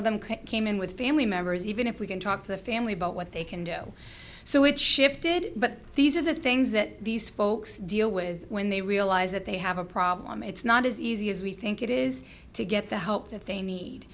of them came in with family members even if we can talk to the family about what they can do so it shifted but these are the things that these folks deal with when they realize that they have a problem it's not as easy as we think it is to get the help that they